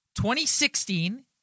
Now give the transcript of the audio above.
2016